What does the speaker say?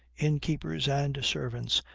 inn-keepers, and servants,